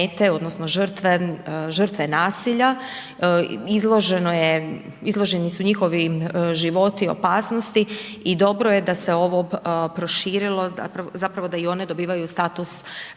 izloženo je, izloženi su njihovi životi opasnosti i dobro je da se ovo proširilo, zapravo da i one dobivaju status